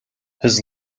his